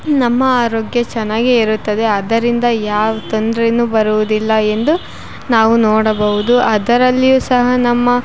ನಮ್ಮ ಆರೋಗ್ಯ ಚೆನ್ನಾಗೆ ಇರುತ್ತದೆ ಅದರಿಂದ ಯಾವ ತೊಂದ್ರೇ ಬರುವುದಿಲ್ಲ ಎಂದು ನಾವು ನೋಡಬೌದು ಅದರಲ್ಲಿಯೂ ಸಹ ನಮ್ಮ